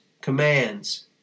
commands